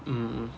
mmhmm